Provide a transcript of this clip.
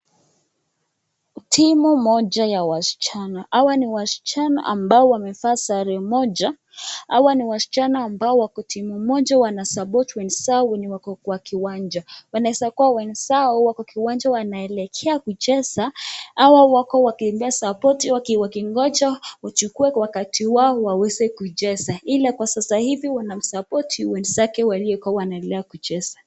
Timu moja ya wasichana. Hawa ni wasichana ambao wamevaa sare moja hawa ni wasichana ambao wako timu moja wanasapoti wenzao wenye wako kwa kiwanja. Wanaweza kuwa wenzao wako kiwanja wanaelekea kucheza hawa wako wakiwapea sapoti wakingoja wachukue wakati wao waweze kucheza ila kwa sasa hivi wanawasapoti wenzao walio kuwa wanaendelea kucheza.